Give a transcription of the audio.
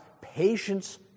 patience